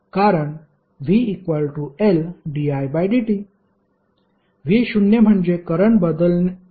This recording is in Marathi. कारण vLdidt v शून्य म्हणजे करंट बदलण्याचा दर शून्य आहे